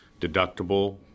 deductible